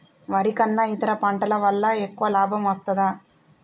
వరి కన్నా ఇతర పంటల వల్ల ఎక్కువ లాభం వస్తదా?